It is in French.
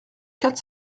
quatre